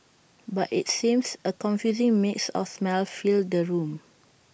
but IT seems A confusing mix of smells filled the room